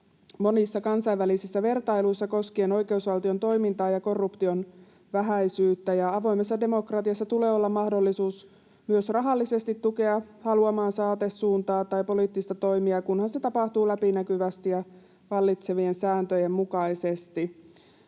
monissa kansainvälisissä vertailuissa koskien oikeusvaltion toimintaa ja korruption vähäisyyttä. Avoimessa demokratiassa tulee olla mahdollisuus myös rahallisesti tukea haluamaansa aatesuuntaa tai poliittista toimijaa, kunhan se tapahtuu läpinäkyvästi ja vallitsevien sääntöjen mukaisesti.